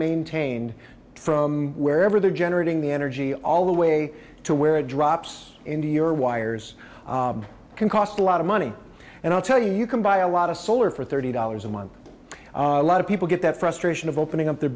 maintained from wherever they're generating the energy all the way to where it drops into your wires can cost a lot of money and i'll tell you you can buy a lot of solar for thirty dollars a month a lot of people get that frustration of opening up the